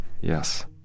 Yes